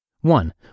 One